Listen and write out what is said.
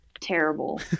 terrible